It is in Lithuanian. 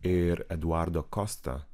ir eduardo kosta